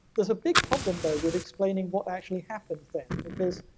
there's a big problem though with explaining what actually happened then because